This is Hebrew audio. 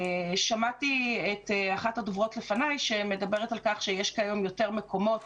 שמעתי את אחת הדוברות לפני שמדברת על כך שיש כיום יותר מקומות